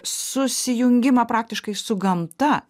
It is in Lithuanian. susijungimą praktiškai su gamta